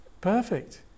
perfect